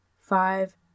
five